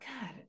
god